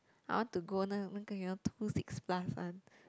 I want to go two six plus one